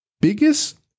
biggest